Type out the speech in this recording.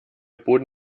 boden